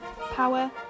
power